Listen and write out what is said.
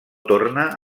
torna